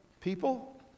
people